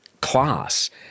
class